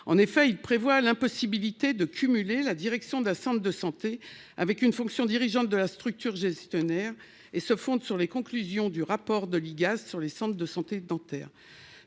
En effet, il prévoit l'impossibilité de cumuler la direction d'un centre de santé avec une fonction dirigeante de la structure gestionnaire et se fondent sur les conclusions du rapport de l'IGAS sur les centres de santé dentaires.